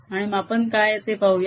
आणि मापन काय आहे ते पाहूया